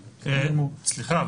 סליחה,